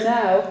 now